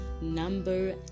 Number